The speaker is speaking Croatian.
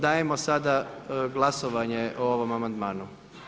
Dajemo sada glasovanje o ovom amandmanu.